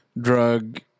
drug